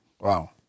Wow